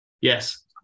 Yes